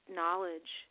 knowledge